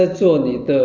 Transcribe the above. okay